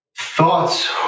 Thoughts